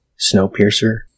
Snowpiercer